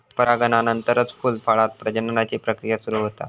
परागनानंतरच फूल, फळांत प्रजननाची प्रक्रिया सुरू होता